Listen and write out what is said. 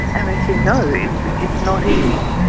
and as you know, it's it's not easy,